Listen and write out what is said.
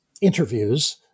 interviews